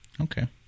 Okay